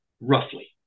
roughly